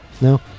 No